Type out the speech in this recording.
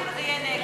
היא מסומנת: